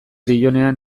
dioenean